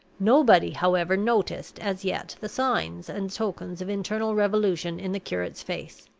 nobody, however, noticed as yet the signs and tokens of internal revolution in the curate's face.